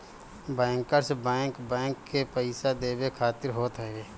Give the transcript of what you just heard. bankers bank, bank के पईसा देवे खातिर होत हवे